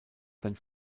sein